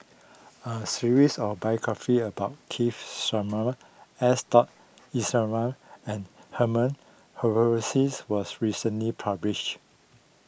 a series of biographies about Keith Simmons S dot Iswaran and Herman was recently published